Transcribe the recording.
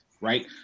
right